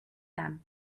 them